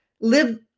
live